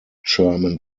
sherman